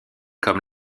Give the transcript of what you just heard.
comme